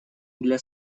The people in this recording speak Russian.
для